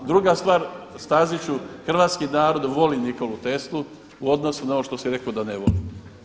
A druga stvar Staziću, hrvatski narod voli Nikolu Teslu u odnosu na ovo što si rekao da ne voli.